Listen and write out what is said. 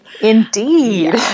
Indeed